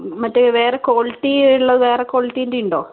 മറ്റേ വേറെ ക്വാളിറ്റി ഉള്ള വേറെ ക്വാളിറ്റീൻ്റെ ഉണ്ടൊ